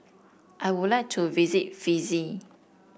I would like to visit Fiji